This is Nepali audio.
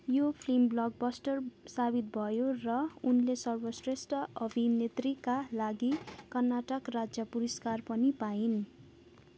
यो फिल्म ब्लकबस्टर साबित भयो र उनले सर्वश्रेष्ठ अभिनेत्रीका लागि कर्नाटक राज्य पुरस्कार पनि पाइन्